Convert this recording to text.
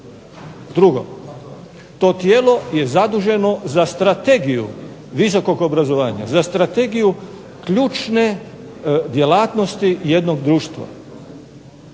Drugo, to tijelo je zaduženo za strategiju visokog obrazovanja, za strategiju ključne djelatnosti jednog društva,